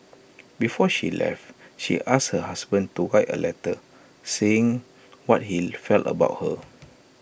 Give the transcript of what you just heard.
before she left she asked her husband to write A letter saying what he felt about her